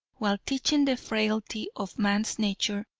while teaching the frailty of man's nature,